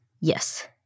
Yes